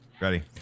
Ready